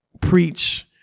preach